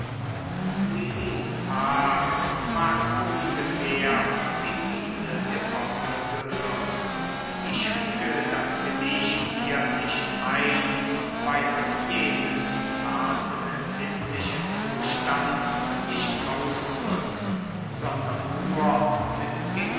lilis park mag ohngefähr in diese epoche gehören ich füge das gedicht hier nicht ein weil es jenen zarten empfindlichen zustand nicht ausdrückt sondern nur mit